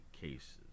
cases